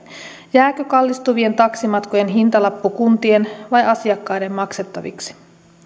jääkö kallistuvien taksimatkojen hintalappu kuntien vai asiakkaiden maksettavaksi